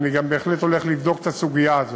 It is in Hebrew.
ואני גם בהחלט הולך לבדוק את הסוגיה הזאת,